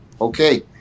okay